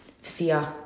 fear